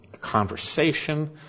conversation